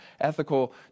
ethical